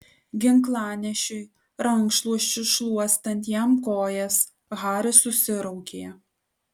ginklanešiui rankšluosčiu šluostant jam kojas haris susiraukė